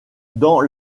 dans